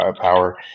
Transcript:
power